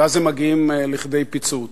ואז הם מגיעים לכדי פיצוץ,